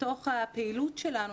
בתוך הפעילות שלנו,